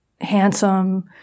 handsome